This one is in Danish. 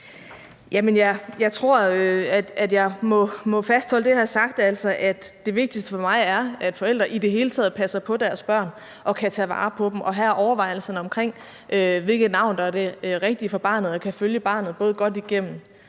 Jeg tror, jeg må fastholde det, jeg har sagt, altså at det vigtigste for mig er, at forældre i det hele taget passer på deres børn og kan tage vare på dem og have overvejelserne omkring, hvilket navn der er det rigtige for barnet, og som kan følge barnet både godt igennem